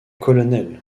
colonel